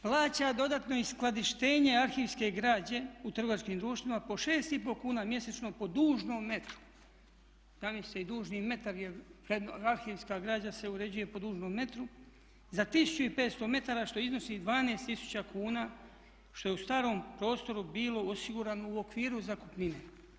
Plaća dodatno i skladištenje arhivske građe u trgovačkim društvima po 6 i pol kuna mjesečno po dužnom metru, zamislite i dužni metar je, arhivska građa se uređuje po dužnom metru za 1500 metara što iznosi 12000 kuna što je u starom prostoru bilo osigurano u okviru zakupnine.